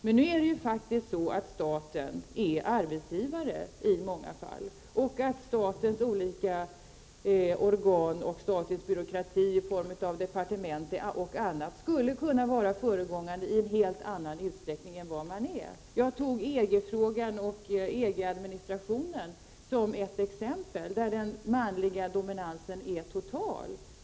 Men nu är det ju faktiskt så att staten är arbetsgivare i många fall och att statens olika organ och statens byråkrati i form av t.ex. av departement skulle kunna vara föregångare i en helt annan utsträckning än vad som är fallet. Jag tog EG-frågan och EG-administrationen som ett exempel där den manliga dominansen är total.